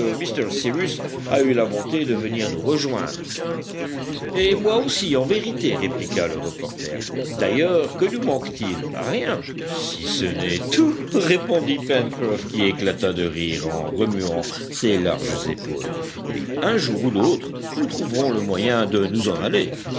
m cyrus a eu la bonté de venir nous rejoindre et moi aussi en vérité répliqua le reporter d'ailleurs que nous manque-t-il rien si ce n'est tout répondit pencroff qui éclata de rire en remuant ses larges épaules mais un jour ou l'autre nous trouverons le moyen de nous en aller